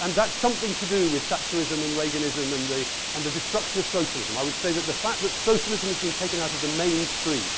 and that's something to do with thatcherism and reaganism and and the destruction of socialism. i would say that the fact that socialism has been taken out of the mainstream